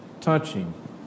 touching